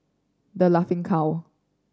The Laughing Cow